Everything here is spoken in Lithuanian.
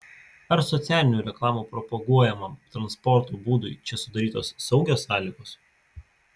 ar socialinių reklamų propaguojamam transporto būdui čia sudarytos saugios sąlygos